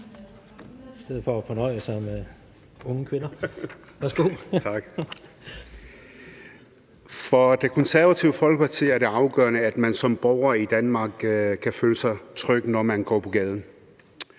i stedet for at fornøje sig med unge kvinder. Værsgo. Kl. 16:16 (Ordfører) Naser Khader (KF): Tak. For Det Konservative Folkeparti er det afgørende, at man som borger i Danmark kan føle sig tryg, når man går på gaden.